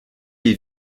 les